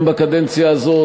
גם בקדנציה הזאת,